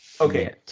okay